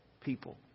people